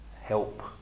help